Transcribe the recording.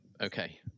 okay